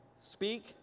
speak